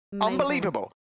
Unbelievable